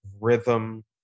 rhythm